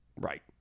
Right